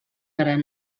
gran